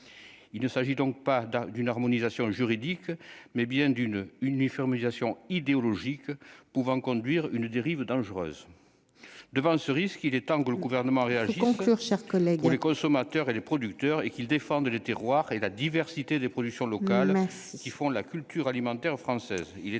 il ne s'agit donc pas d'un d'une harmonisation juridique mais bien d'une uniformisation idéologique pouvant conduire une dérive dangereuse devant ce risque, il est temps que le gouvernement conclure chers collègues ou les consommateurs et les producteurs et qu'ils défendent le terroir et la diversité des productions locales qui font de la culture alimentaire française,